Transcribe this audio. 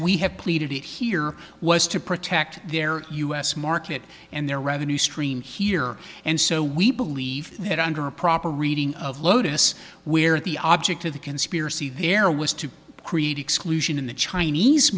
it here was to protect their us market and their revenue stream here and so we believe that under a proper reading of lotus where the object of the conspiracy there was to create exclusion in the chinese